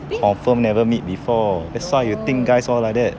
confirm never meet before that's why you think guys all like that